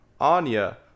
anya